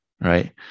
Right